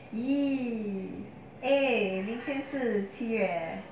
!ee! eh 明天是七月 leh